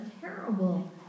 terrible